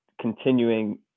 continuing